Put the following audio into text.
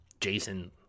Jason